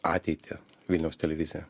ateitį vilniaus televizija